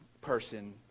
person